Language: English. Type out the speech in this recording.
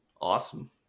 Awesome